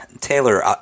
Taylor